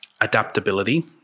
adaptability